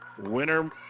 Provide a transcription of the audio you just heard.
Winner